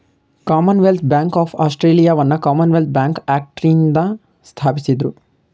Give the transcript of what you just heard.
Commonwealth bank of ಆಸ್ಟ್ರೇಲಿಯಾವನ್ನ Commonwealth bank ಆಕ್ಟ್ನಿಂದ ಸ್ಥಾಪಿಸಿದ್ದ್ರು